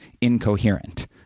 incoherent